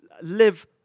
live